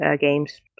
games